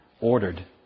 Ordered